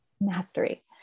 Mastery